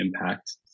impact